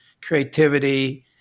creativity